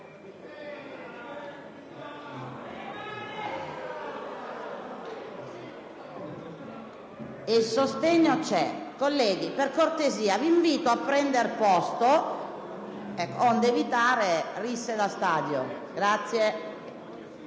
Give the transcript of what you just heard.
appoggiata)*. Colleghi, per cortesia, vi invito a prendere posto, onde evitare risse da stadio. Invito